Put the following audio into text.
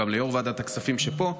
גם ליו"ר ועדת הכספים שפה,